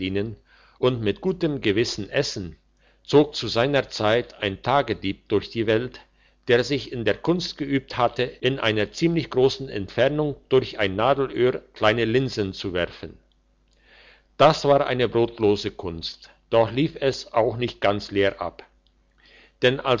und mit gutem gewissen essen zog zu seiner zeit ein tagdieb durch die welt der sich in der kunst geübt hatte in einer ziemlich grossen entfernung durch ein nadelöhr kleine linsen zu werfen das war eine brotlose kunst doch lief es auch nicht ganz leer ab denn